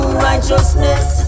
righteousness